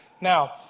Now